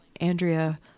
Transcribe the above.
Andrea